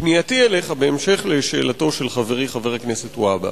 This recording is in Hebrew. פנייתי אליך בהמשך לשאלתו של חברי חבר הכנסת והבה,